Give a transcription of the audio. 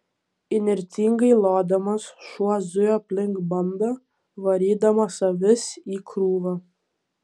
įnirtingai lodamas šuo zujo aplink bandą varydamas avis į krūvą